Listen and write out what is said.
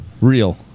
Real